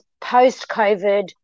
post-COVID